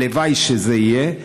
הלוואי שזה יהיה,